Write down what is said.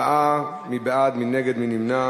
הצבעה, מי בעד, מי נגד, מי נמנע.